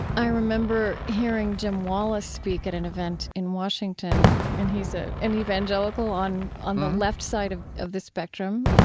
i remember hearing jim wallis speak at an event in washington, and he's ah an evangelical on the um um left side of of the spectrum.